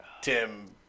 Tim